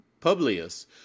Publius